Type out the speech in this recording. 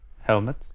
Helmet